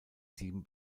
sieben